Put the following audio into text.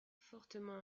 fortement